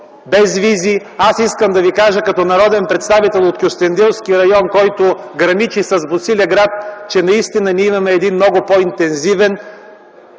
без визи. Искам да ви кажа като народен представител от Кюстендилския район, който граничи с Босилеград, че имаме много по-интензивен